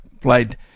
played